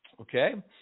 okay